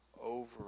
over